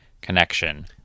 connection